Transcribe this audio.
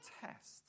test